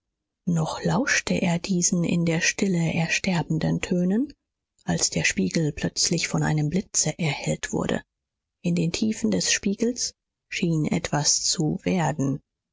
noch lauschte er diesen in der stille ersterbenden tönen als der spiegel plötzlich von einem blitze erhellt wurde in den tiefen des spiegels schien etwas zu werden